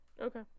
Okay